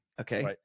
Okay